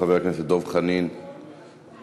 חבר הכנסת דב חנין, בבקשה.